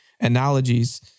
analogies